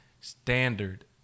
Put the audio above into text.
standard